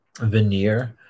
veneer